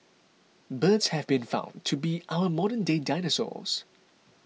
birds have been found to be our modern day dinosaurs